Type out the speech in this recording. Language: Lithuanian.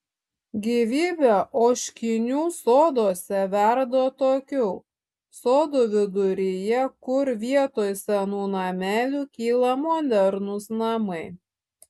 gyvybė ožkinių soduose verda atokiau sodų viduryje kur vietoj senų namelių kyla modernūs namai